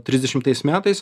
trisdešimtais metais